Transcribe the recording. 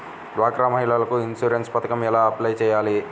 డ్వాక్రా మహిళలకు ఇన్సూరెన్స్ పథకం ఎలా అప్లై చెయ్యాలి?